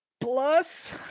plus